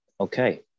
okay